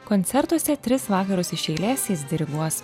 koncertuose tris vakarus iš eilės jis diriguos